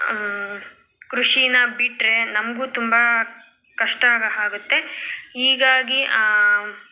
ಕೃಷಿನ ಬಿಟ್ಟರೆ ನಮಗೂ ತುಂಬ ಕಷ್ಟ ಆಗ ಆಗತ್ತೆ ಹೀಗಾಗಿ